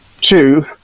Two